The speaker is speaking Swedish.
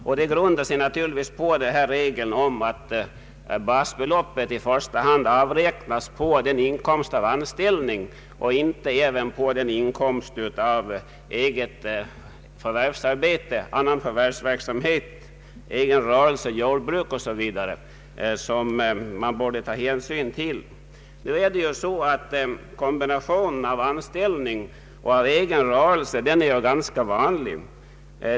Detta grundar sig naturligtvis på regeln om att basbeloppet i första hand avräknas på inkomst av anställning och inte även på den inkomst av eget förvärvsarbete, annan förvärvsverksamhet, egen rörelse, jordbruk 0.S. v., som man borde ta hänsyn till. Nu är kombinationen av anställning och av egen rörelse ganska vanlig.